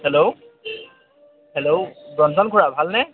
hello hello Ranjan খুৰা ভালনে